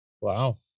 Wow